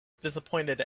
disappointed